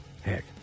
Heck